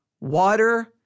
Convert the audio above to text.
water